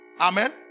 amen